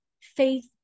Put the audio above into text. faith